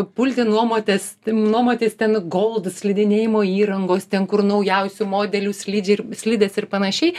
pulti nuomotis nuomotis ten gold slidinėjimo įrangos ten kur naujausių modelių slidžiai slidės ir panašiai